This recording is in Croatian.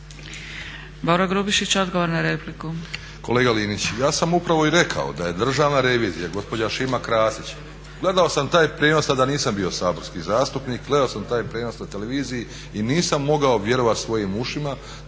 Boro Grubišić, odgovor na repliku.